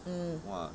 mm